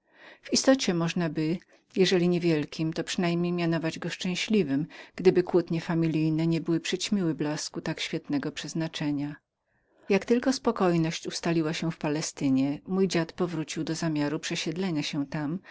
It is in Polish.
w istocie możnaby było jeżeli nie wielkim to przynajmniej mianować szczęśliwym gdyby kłótnie familijne nie były przyćmiły blasku tak świetnego przeznaczenia jak tylko spokojność ustaliła się w palestynie mój dziad powrócił do zamiaru przesiedlenia się tam